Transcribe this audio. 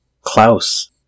Klaus-